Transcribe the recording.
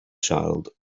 child